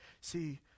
See